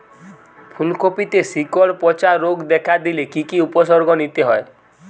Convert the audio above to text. ফুলকপিতে শিকড় পচা রোগ দেখা দিলে কি কি উপসর্গ নিতে হয়?